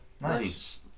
Nice